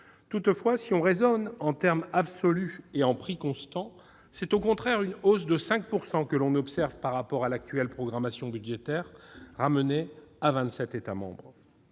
Toutefois, si l'on raisonne en termes absolus et en prix constants, c'est au contraire une hausse de 5 % que l'on observe par rapport à l'actuelle programmation budgétaire ramenée à vingt-sept États membres.